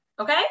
okay